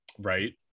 right